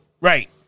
Right